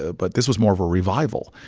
ah but this was more of a revival.